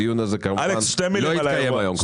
הדיון הזה לא יתקיים היום.